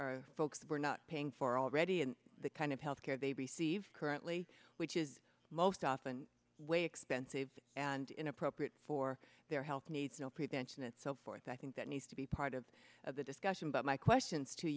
are folks that were not paying for already and the kind of health care they receive currently which is most often way expensive and inappropriate for their health needs no prevention and so forth i think that needs to be part of the discussion but my question to